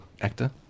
actor